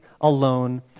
alone